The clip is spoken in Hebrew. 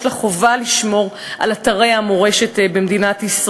יש למדינת ישראל חובה לשמור על אתרי המורשת שלה,